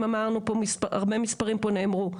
הרבה מספרים פה נאמרו.